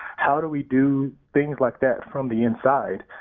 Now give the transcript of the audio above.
how do we do things like that from the inside?